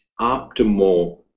optimal